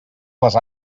les